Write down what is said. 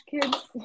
Kids